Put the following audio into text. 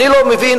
אני לא מבין,